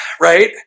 right